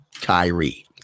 Kyrie